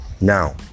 now